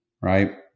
right